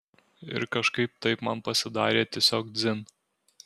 ir kažkaip taip man pasidarė tiesiog dzin